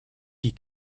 die